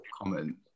comment